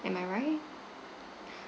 am I right